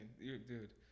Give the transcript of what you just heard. Dude